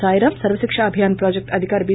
Sairam Sarva Shiksha Abhyas project అధికారి B